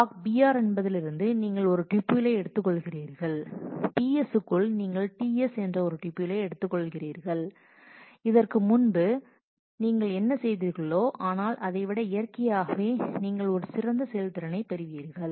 block br என்பதிலிருந்து நீங்கள் ஒரு டியூபிலை எடுத்துக்கொள்கிறீர்கள் bs க்குள் நீங்கள் ts ஒரு டியூபிலை எடுத்துக்கொள்கிறீர்கள் இதற்கு முன்பு நீங்கள் என்ன செய்தீர்களோ ஆனால் அதை விட இயற்கையாகவே நீங்கள் ஒரு சிறந்த செயல்திறனைப் பெறுவீர்கள்